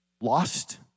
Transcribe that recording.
lost